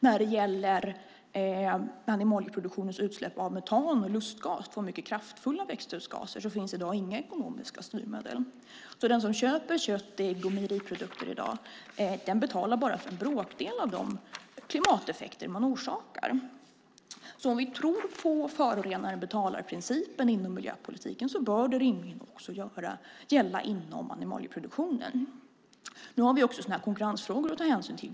När det gäller animalieproduktionens utsläpp av metan och lustgas som är mycket kraftfulla växthusgaser finns det i dag inga ekonomiska styrmedel. Den som köper kött, ägg och mejeriprodukter i dag betalar bara för en bråkdel av de klimateffekter som man orsakar. Om vi tror på förorenaren-betalar-principen inom miljöpolitiken bör det rimligen också gälla inom animalieproduktionen. Nu har vi också konkurrensfrågor att ta hänsyn till.